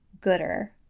Gooder